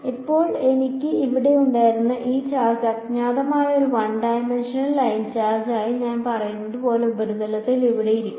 ഇപ്പോൾ എനിക്ക് ഇവിടെ ഉണ്ടായിരുന്ന ഈ ചാർജ് അജ്ഞാതമായ ഒരു വൺ ഡൈമൻഷണൽ ലൈൻ ചാർജ് ആയി ഞാൻ പറഞ്ഞതുപോലെ ഉപരിതലത്തിൽ ഇവിടെ ഇരിക്കുന്നു